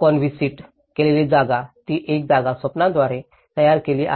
conceived केलेली जागा ती एक जागा स्वप्नांच्या द्वारे तयार केलेली आहे